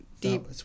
deep